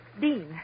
Dean